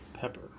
pepper